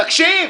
תקשיב.